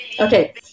Okay